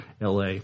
LA